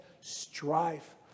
strife